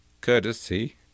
courtesy